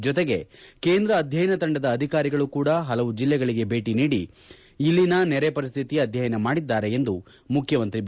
ಜತೆಗೆ ಕೇಂದ್ರ ಅಧ್ಯಯನ ತಂಡದ ಅಧಿಕಾರಿಗಳು ಕೂಡ ಹಲವು ಜಲ್ಲೆಗಳಿಗೆ ಭೇಟ ನೀಡಿ ಇಲ್ಲಿನ ನೆರೆ ಪರಿಸ್ಕಿತಿ ಅಧ್ಯಯನ ಮಾಡಿದ್ದಾರೆ ಎಂದು ಮುಖ್ಯಮಂತ್ರಿ ಬಿ